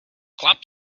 club